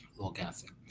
little gassy